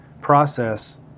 process